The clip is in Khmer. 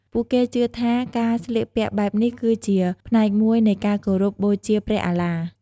ពួកគេជឿថាការស្លៀកពាក់បែបនេះគឺជាផ្នែកមួយនៃការគោរពបូជាព្រះអាឡាហ៍។